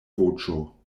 voĉo